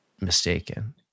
mistaken